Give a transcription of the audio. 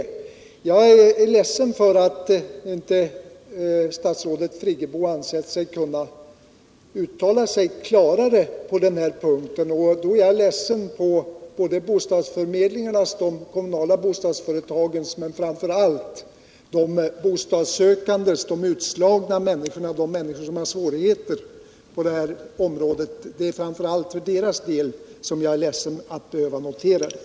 Jag är ledsen för att statsrådet Friggebo inte ansett sig kunna uttala sig klarare på den här punkten. Jag är ledsen på bostadsförmedlingarnas, de kommunala bostadsföretagens, men framför allt på de bostadssökandes vägnar. Det är framför allt för de utslagna människornas skull som jag är ledsen att behöva notera detta.